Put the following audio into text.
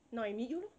now I meet you lor